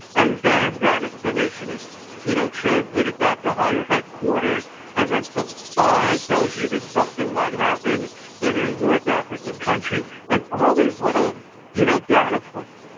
and then that information is you know transmitted back to higher headquarters, and then some spy tells you that something might happen in a north african country. and all these little you know data points,